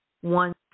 one